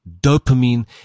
dopamine